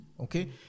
okay